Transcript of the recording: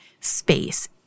space